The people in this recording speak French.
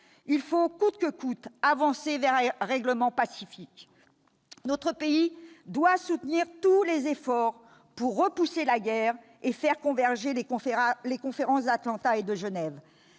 il faut coûte que coûte avancer vers un règlement pacifique. Notre pays doit soutenir tous les efforts pour repousser la guerre et faire converger les conférences d'Atlanta et de Genève.